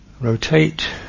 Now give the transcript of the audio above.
rotate